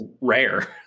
rare